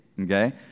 okay